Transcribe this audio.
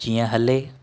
जीअं हले